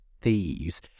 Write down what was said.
thieves